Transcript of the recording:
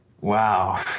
wow